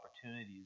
opportunities